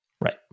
Right